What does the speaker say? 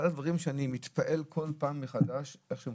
אחד הדברים שאני מתפעל כל פעם מחדש איך שהם